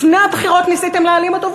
לפני הבחירות ניסיתם להעלים אותו,